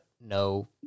No